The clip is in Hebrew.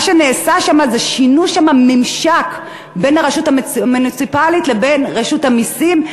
מה שנעשה שם הוא ששינו שם ממשק בין הרשות המוניציפלית לבין רשות המסים,